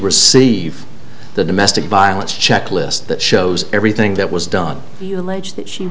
received the domestic violence checklist that shows everything that was done the